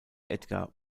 edgar